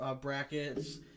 brackets